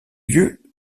lieu